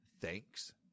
thanks